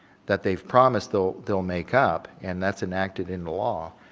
that they've promised they'll they'll make up and that's enacted into law,